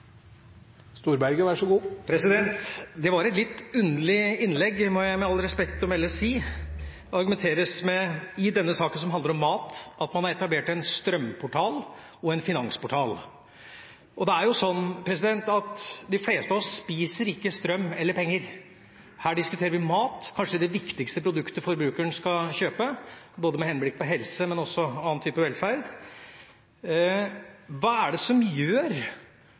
all respekt å melde si. I denne saken, som handler om mat, argumenteres det med at man har etablert en strømportal og en finansportal. Det er jo sånn at de fleste av oss ikke spiser strøm eller penger. Her diskuterer vi mat – kanskje det viktigste produktet forbrukeren skal kjøpe – med henblikk på helse, men også annen type velferd. Hva er det som gjør